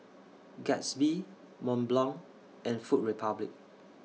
Gatsby Mont Blanc and Food Republic